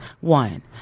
One